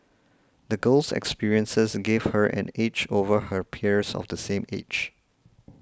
the girl's experiences gave her an edge over her peers of the same age